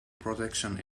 protection